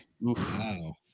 Wow